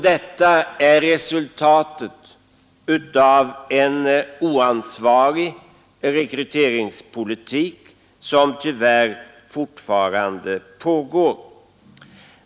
Det är resultatet av en oansvarig rekryteringspolitik som tyvärr fortfarande pågår.